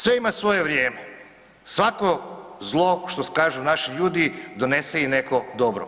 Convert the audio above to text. Sve ima svoje vrijeme, svako zlo što kažu naši ljudi donese i neko dobro.